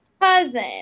cousin